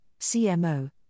CMO